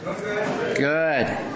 Good